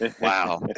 Wow